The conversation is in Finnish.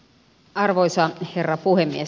arvoisa herra puhemies